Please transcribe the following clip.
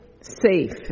safe